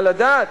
על הדעת?